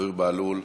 זוהיר בהלול,